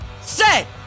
set